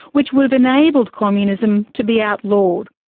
which would have enabled communism to be outlawed,